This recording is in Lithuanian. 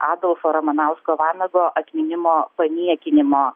adolfo ramanausko vanago atminimo paniekinimo